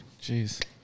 Jeez